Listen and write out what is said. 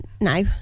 No